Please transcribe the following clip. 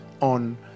on